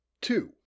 two